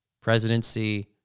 presidency